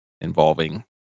involving